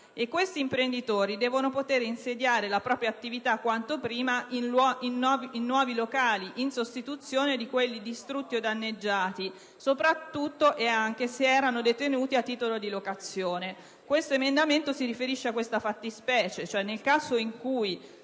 Questi imprenditori devono poter insediare quanto prima la propria attività in nuovi locali, in sostituzione di quelli distrutti o danneggiati (soprattutto - e anche - se erano detenuti a titolo di locazione). L'emendamento si riferisce a questa fattispecie. Nel caso in cui